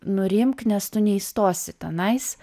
nurimk nes tu neįstosi tenais